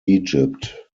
egypt